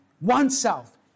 oneself